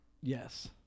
Yes